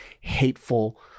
hateful